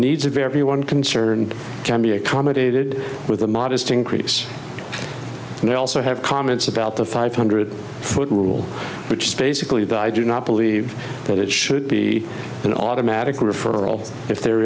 needs of everyone concerned can be accommodated with a modest increase and they also have comments about the five hundred foot rule which space equally though i do not believe that it should be an automatic referral if there